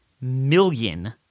million